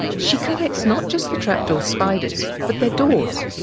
she collects not just the trapdoor spiders, but their doors.